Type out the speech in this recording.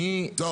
הזו